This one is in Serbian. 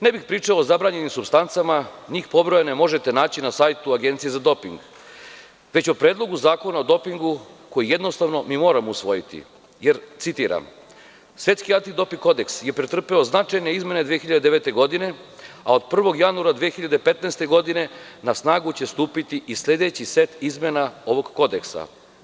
Ne bih pričao o zabranjenim supstancama, njih pobrojane možete naći na sajtu Agencije za doping, već o Predlogu zakona o dopingu koji jednostavno mi moramo usvojiti, jer, citiram: „Svetski anti doping kodeks je pretrpeo značajne izmene 2009. godine, a od 1. januara 2015. godine na snagu će stupiti i sledeći set izmena ovog kodeksa.